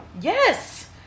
Yes